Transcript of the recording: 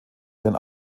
deren